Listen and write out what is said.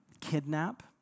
kidnap